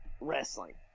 wrestling